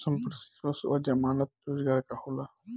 संपार्श्विक और जमानत रोजगार का होला?